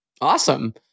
Awesome